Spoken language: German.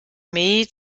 meiji